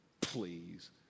please